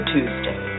Tuesday